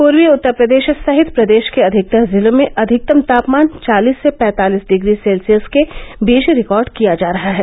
पूर्वी उत्तर प्रदेष सहित प्रदेष के अधिकतर जिलों में अधिकतम तापमान चालिस से पैंतालिस डिग्री सेल्सियस के बीच रिकार्ड किया जा रहा है